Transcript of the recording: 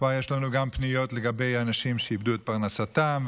כבר יש לנו גם פניות לגבי אנשים שאיבדו את פרנסתם,